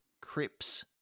crips